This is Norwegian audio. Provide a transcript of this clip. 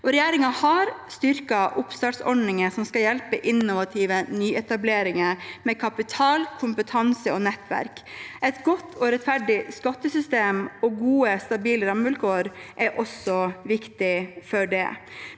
Regjeringen har styrket oppstartsordningen som skal hjelpe innovative nyetableringer med kapital, kompetanse og nettverk. Et godt og rettferdig skattesystem og gode stabile rammevilkår er også viktig for det.